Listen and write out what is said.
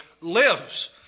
lives